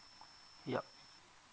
yup